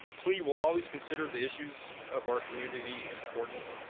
plea will always consider the issues of our community important,